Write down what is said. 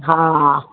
हा